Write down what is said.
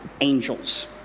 angels